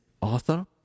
author